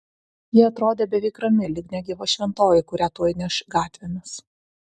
ji atrodė beveik rami lyg negyva šventoji kurią tuoj neš gatvėmis